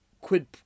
quid